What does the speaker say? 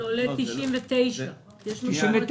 זה עולה 99 שקלים.